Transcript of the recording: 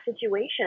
situation